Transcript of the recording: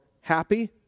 happy